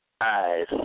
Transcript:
eyes